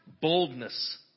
boldness